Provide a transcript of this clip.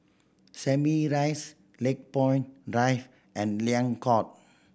Simei Rise Lakepoint Drive and Liang Court